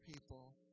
people